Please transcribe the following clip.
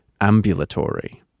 Ambulatory